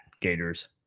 Gators